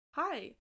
Hi